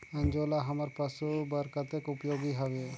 अंजोला हमर पशु बर कतेक उपयोगी हवे?